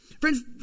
Friends